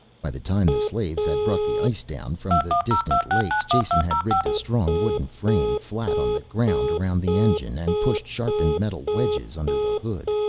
by the time the slaves had brought the ice down from the distant lakes jason had rigged a strong wooden frame flat on the ground around the engine and pushed sharpened metal wedges under the hood,